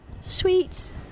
sweets